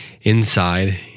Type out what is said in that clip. inside